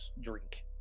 drink